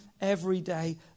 everyday